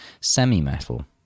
semi-metal